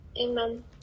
Amen